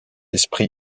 esprit